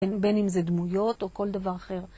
בין אם זה דמויות או כל דבר אחר.